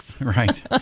Right